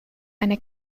eine